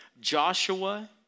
Joshua